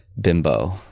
bimbo